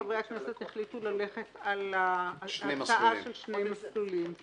חברי הכנסת החליטו ללכת על ההצעה של שני מסלולים,